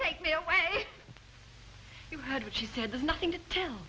take me away you heard what she said there's nothing to do